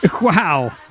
Wow